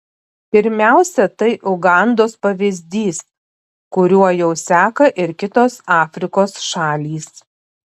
pirmiausia tai ugandos pavyzdys kuriuo jau seka ir kitos afrikos šalys